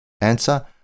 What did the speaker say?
Answer